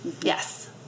Yes